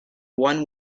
one